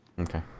Okay